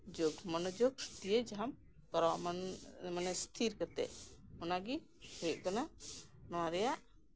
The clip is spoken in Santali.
ᱢᱚᱱᱳ ᱡᱳᱜᱽ ᱤᱥᱛᱷᱤᱨ ᱠᱟᱛᱮ ᱡᱟᱦᱟᱢ ᱠᱚᱨᱟᱣᱟ ᱢᱟᱱᱮ ᱤᱛᱷᱤᱨ ᱠᱟᱛᱮ ᱚᱱᱟᱜᱮ ᱦᱩᱭᱩᱜ ᱠᱟᱱᱟ ᱱᱚᱣᱟ ᱨᱮᱭᱟᱜ